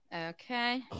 Okay